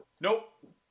Nope